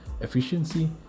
efficiency